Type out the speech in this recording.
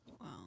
Wow